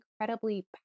incredibly